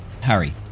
Harry